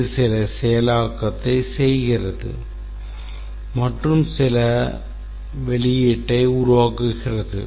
இது சில செயலாக்கத்தை செய்கிறது மற்றும் சில வெளியீட்டை உருவாக்குகிறது